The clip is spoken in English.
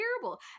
terrible